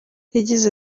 yagize